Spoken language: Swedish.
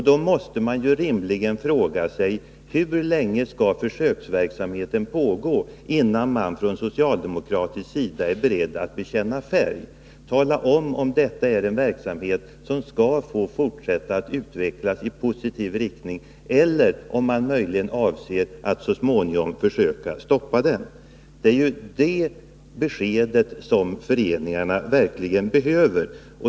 Då måste man rimligen fråga sig: Hur länge skall försöksverksamheten pågå innan man från socialdemokratisk sida är beredd att bekänna färg och tala om, om detta är en verksamhet som skall få fortsätta att utvecklas i positiv riktning, eller om man möjligen avser att så småningom försöka stoppa den? Det är besked på den punkten som föreningarna verkligen behöver.